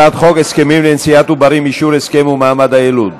הסכמים לנשיאת עוברים (אישור הסכם ומעמד היילוד)